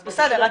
אז בסדר,